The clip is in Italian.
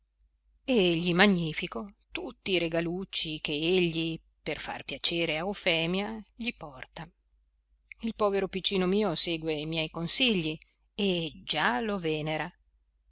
mio e gli magnifico tutti i regalucci ch'egli per far piacere a eufemia gli porta il povero piccino mio segue i miei consigli e già lo venera